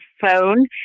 phone